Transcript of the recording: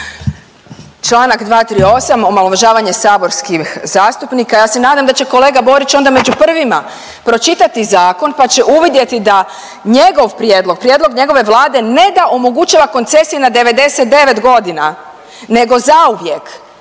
Čl. 238, omalovažavanje saborskih zastupnika. Ja se nadam da će kolega Borić onda među prvima pročitati zakon pa će uvidjeti da njegov prijedlog, prijedlog njegove vlade ne da omogućava koncesije na 99 godina nego zauvijek